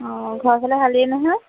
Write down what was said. অঁ ঘৰ ফালে ভালেই নহয়